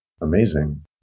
amazing